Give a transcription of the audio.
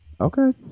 okay